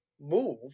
move